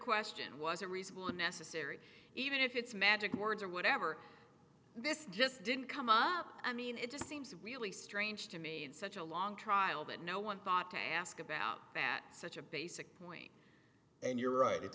question was a reasonable and necessary even if it's magic words or whatever this just didn't come up i mean it just seems really strange to me in such a long trial that no one thought to ask about that such a basic point and you're right i